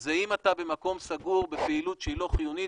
זה שאם אתה במקום סגור בפעילות שהיא לא חיונית